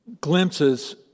glimpses